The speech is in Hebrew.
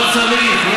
לא צריך.